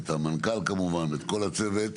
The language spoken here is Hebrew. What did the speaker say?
ואת המנכ"ל כמובן ואת כל הצוות.